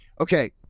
okay